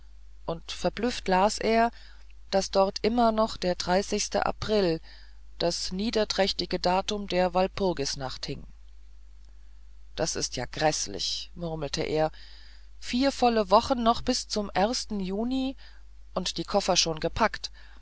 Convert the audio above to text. und verblüfft las er daß dort immer noch der april das niederträchtige datum der walpurgisnacht hing das ist ja gräßlich murmelte er vier volle wochen noch bis zum juni und die koffer schon gepackt